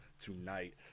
tonight